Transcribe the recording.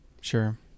sure